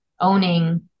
owning